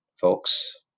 folks